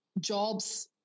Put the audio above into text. jobs